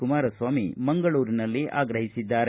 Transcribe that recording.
ಕುಮಾರಸ್ವಾಮಿ ಮಂಗಳೂರಿನಲ್ಲಿ ಆಗ್ರಹಿಸಿದ್ದಾರೆ